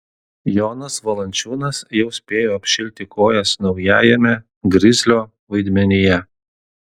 jonas valančiūnas jau spėjo apšilti kojas naujajame grizlio vaidmenyje